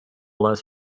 less